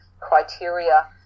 criteria